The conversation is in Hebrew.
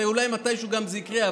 ואולי מתישהו זה גם יקרה,